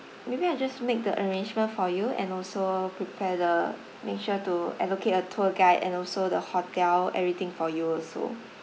maybe I'll just make the arrangement for you and also prepare the make sure to allocate a tour guide and also the hotel everything for you also